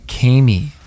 Kami